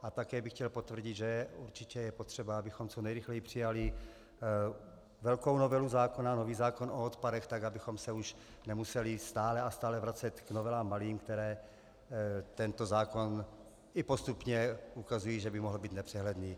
A také bych chtěl potvrdit, že určitě je potřeba, abychom co nejrychleji přijali velkou novelu zákona, nový zákon o odpadech, abychom se už nemuseli stále a stále vracet k novelám malým, které u tohoto zákona i postupně ukazují, že by mohl být nepřehledný.